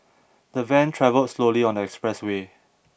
the van travelled slowly on the expressway